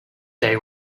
day